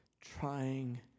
trying